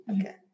Okay